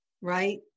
right